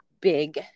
big